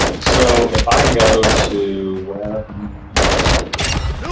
so if i go to webmaster